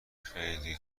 خیلی